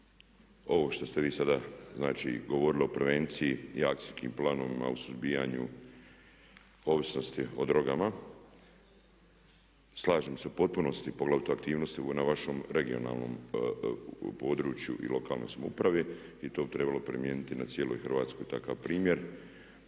ovo što ste vi sada znači govorili o prevenciji i akcijskim planovima u suzbijanju ovisnosti o drogama slažem se u potpunosti, poglavito aktivnosti na vašem regionalnom području i lokalnoj samoupravi. To bi trebalo primijeniti na cijeloj Hrvatskoj takav primjer.